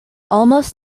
almost